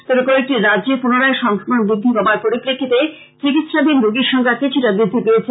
তবে কয়েকটি রাজ্যে পুনরায় সংক্রমণ বৃদ্ধি পাবার পরিপ্রেক্ষিতে চিকিৎসাধীন রোগীর সংখ্যা কিছুটা বৃদ্ধি পেয়েছে